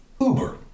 Uber